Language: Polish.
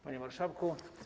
Panie Marszałku!